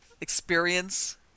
experience